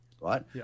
right